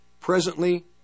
Presently